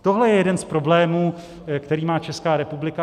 Tohle je jeden z problémů, který má Česká republika.